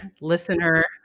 listener